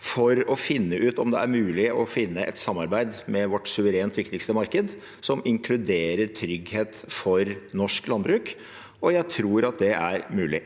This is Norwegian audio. for å finne ut om det er mulig å finne et samarbeid med vårt suverent viktigste marked, som inkluderer trygghet for norsk landbruk, og jeg tror at det er mulig.